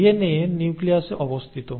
DNA নিউক্লিয়াসে অবস্থিত